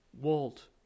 Walt